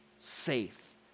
safe